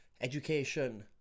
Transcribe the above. Education